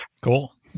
Cool